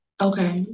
Okay